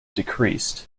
decreased